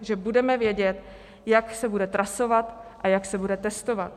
Že budeme vědět, jak se bude trasovat a jak se bude testovat.